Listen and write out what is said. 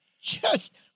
Just-